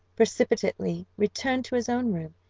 precipitately returned to his own room,